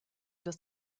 das